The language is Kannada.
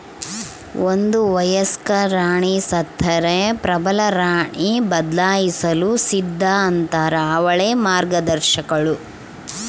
ಒಂದು ವಯಸ್ಕ ರಾಣಿ ಸತ್ತರೆ ಪ್ರಬಲರಾಣಿ ಬದಲಾಯಿಸಲು ಸಿದ್ಧ ಆತಾರ ಅವಳೇ ಮಾರ್ಗದರ್ಶಕಳು